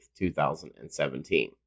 2017